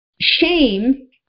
Shame